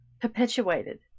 perpetuated